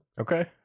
okay